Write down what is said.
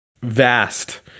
vast